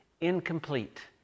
incomplete